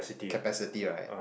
capacity right